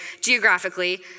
geographically